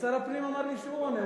שר הפנים אמר לי שהוא עונה,